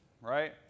Right